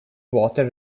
water